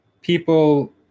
people